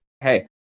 hey